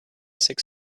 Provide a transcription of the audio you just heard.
six